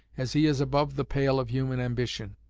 as he is above the pale of human ambition.